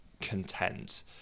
content